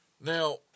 Now